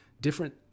different